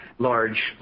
Large